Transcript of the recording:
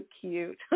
cute